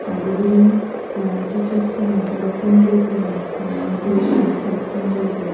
आरो बेबायदिनो थिसार्सफोरनि एबा फोरोंगिरिफोरनि उम मटिबेसन फोर खम जायोब्ला